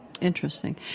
interesting